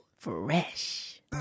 Fresh